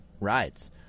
rides